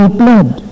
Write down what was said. blood